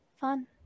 Fun